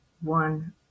one